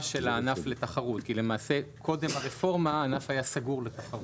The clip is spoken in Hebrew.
של הענף לתחרות כי למעשה קודם הרפורמה הענף היה סגור לתחרות.